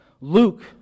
Luke